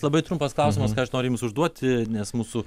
labai trumpas klausimas ką aš noriu jums užduoti nes mūsų